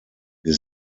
wir